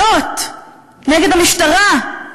אלות נגד המשטרה.